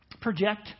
project